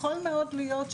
יכול מאוד להיות,